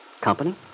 Company